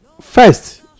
first